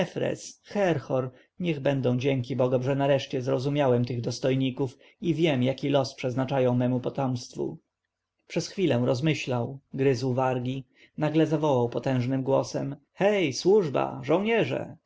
herhor niech będą dzięki bogom że nareszcie zrozumiałem tych dostojników i wiem jaki los przeznaczają memu potomstwu przez chwilę rozmyślał gryzł wargi nagle zawołał potężnym głosem hej służba żołnierze